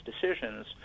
decisions